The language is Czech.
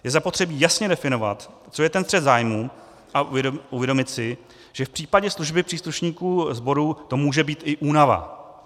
Je zapotřebí jasně definovat, co je ten střet zájmů, a uvědomit si, že v případě služby příslušníků sborů to může být i únava.